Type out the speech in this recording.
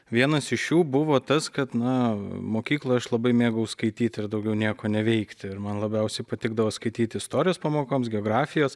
vienas iš jų buvo tas kad na mokykloj aš labai mėgau skaityti ir daugiau nieko neveikti ir man labiausiai patikdavo skaityti istorijos pamokoms geografijos